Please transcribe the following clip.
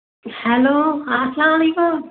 hello السلام علیکُم